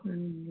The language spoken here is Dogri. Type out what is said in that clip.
अं